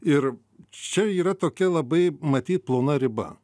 ir čia yra tokia labai matyt plona riba